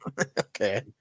Okay